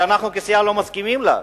שאנחנו כסיעה לא מסכימים לה,